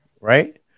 right